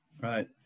right